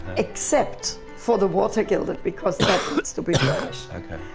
except for the water-gilder because that needs to be burnished. okay.